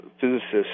physicists